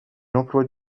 l’emploi